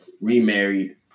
remarried